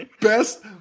Best